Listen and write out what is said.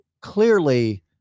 clearly